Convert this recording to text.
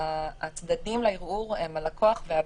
ההבנה שהצדדים לערעור הזה הם הלקוח והבנק,